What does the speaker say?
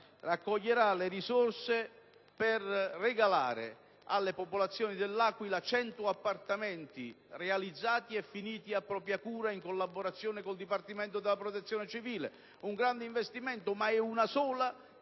raccoglierà le risorse per regalare alle popolazioni dell'Aquila cento appartamenti realizzati e finiti a propria cura, in collaborazione con il Dipartimento della protezione civile; un grande investimento, ma è una sola